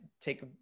take